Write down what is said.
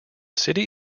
city